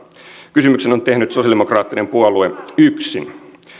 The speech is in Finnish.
kysymyksen on tehnyt sosialidemokraattinen puolue yksin